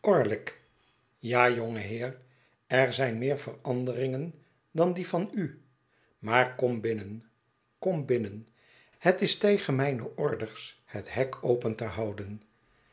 ja jonge heer er zijn meer veranderingen dan die van u maar kom binnen kom binnen het is tegen mijne orders het hek open te houden